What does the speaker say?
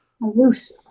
loose